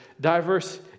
diverse